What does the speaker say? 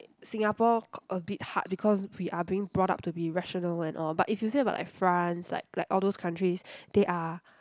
Singapore k~ a bit hard because we are being brought up to be rational and all but if you say about like France like like all those countries they are